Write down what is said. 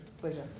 Pleasure